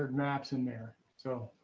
maps in there so